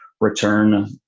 return